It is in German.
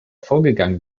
vorgegangen